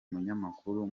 munyamakuru